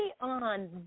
on